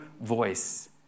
voice